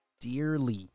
dearly